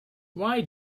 why